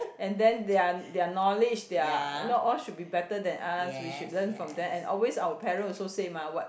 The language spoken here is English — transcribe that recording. and then their their knowledge their not all should be better than us we should learn from them and always our parents always say mah what